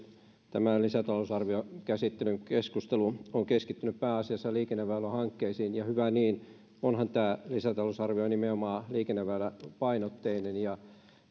tämän lisätalousarviokäsittelyn keskustelu on keskittynyt pääasiassa liikenneväylähankkeisiin ja hyvä niin onhan tämä lisätalousarvio nimenomaan liikenneväyläpainotteinen ja